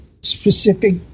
specific